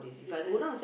that's why